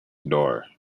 door